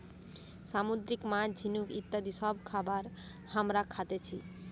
সামুদ্রিক মাছ, ঝিনুক ইত্যাদি সব খাবার হামরা খাতেছি